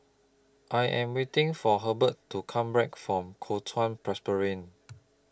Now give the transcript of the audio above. I Am waiting For Herbert to Come Back from Kuo Chuan Presbyterian